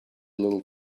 little